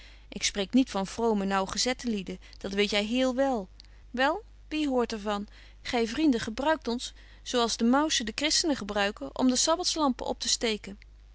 ik spreek niet van vrome naauwgezette lieden dat weet jy héél wél wel wie hoort er van gy vrienden gebruikt ons zo als de mausen de christenen gebruiken om de sabbatslampen optesteken ik kan